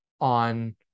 on